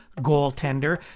goaltender